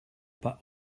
pas